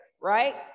right